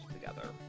together